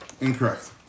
Incorrect